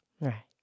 Right